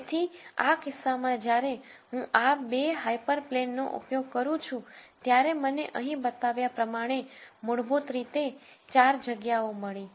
તેથી આ કિસ્સામાં જ્યારે હું આ 2 હાયપરપ્લેન નો ઉપયોગ કરું છું ત્યારે મને અહીં બતાવ્યા પ્રમાણે મૂળભૂત રીતે 4 જગ્યાઓ મળી